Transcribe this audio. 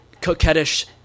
coquettish